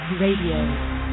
Radio